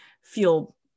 feel